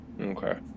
Okay